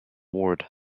ward